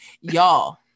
Y'all